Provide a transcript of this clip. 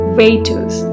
waiters